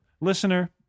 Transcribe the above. listener